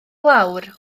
lawr